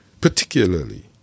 particularly